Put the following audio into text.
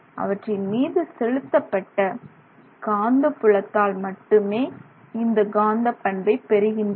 அவற்றின்மீது செலுத்தப்பட்ட காந்தப் புலத்தால் மட்டுமே இந்த காந்தப் பண்பை பெறுகின்றன